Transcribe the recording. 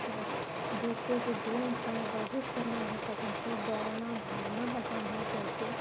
اور دوسرے جو گیمس ہیں ورزش کرنا نہیں پسند کے دوڑنا بھاگنا پسند نہیں کرتے